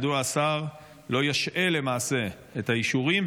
מדוע השר לא ישעה למעשה את האישורים,